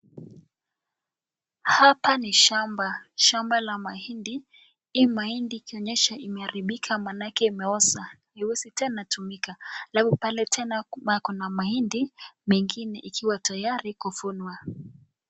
Hapa ni shamba, shamba la mahindi. Hii mahindi ikionyesha imeharibiki manake imeoza na haiwezi tena tumika. Alafu pale tena kuna mahindi mengine ikiwa tayari kuvunwa.